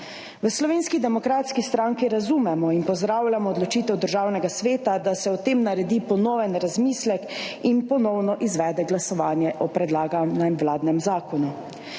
V Slovenski demokratski stranki razumemo in pozdravljamo odločitev Državnega sveta, da se o tem naredi ponoven razmislek in ponovno izvede glasovanje o predlaganem vladnem zakonu.